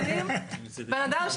נקיים על זה דיון,